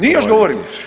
Nije, još govorim.